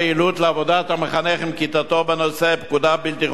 המחנך עם כיתתו בנושא פקודה בלתי חוקית בעליל.